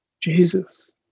Jesus